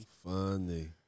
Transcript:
Funny